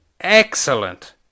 excellent